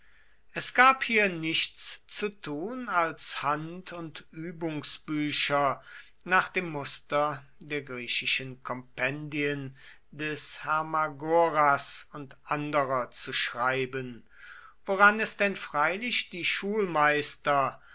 es gab hier nichts zu tun als hand und übungsbücher nach dem muster der griechischen kompendien des hermagoras und anderer zu schreiben woran es denn freilich die schulmeister